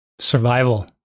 survival